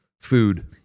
food